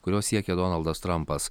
kurios siekia donaldas trampas